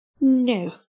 No